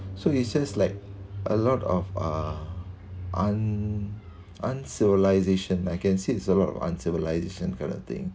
so it's just like a lot of uh un~ uncivilised I can see it's a lot of uncivilised kind of thing